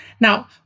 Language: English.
Now